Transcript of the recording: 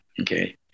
Okay